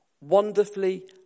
Wonderfully